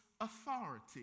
authority